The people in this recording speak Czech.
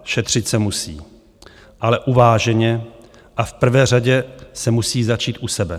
Šetřit se musí, ale uváženě a v prvé řadě se musí začít u sebe.